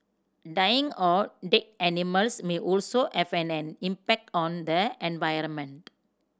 dying or dead animals may also have an an impact on the environment